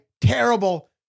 terrible